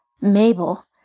Mabel